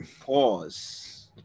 Pause